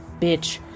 bitch